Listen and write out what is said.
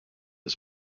his